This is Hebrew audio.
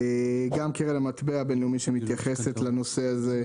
גם קרן המטבע הבין-לאומי מתייחסת לנושא הזה,